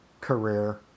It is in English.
career